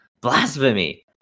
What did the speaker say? Blasphemy